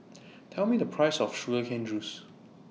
Tell Me The Price of Sugar Cane Juice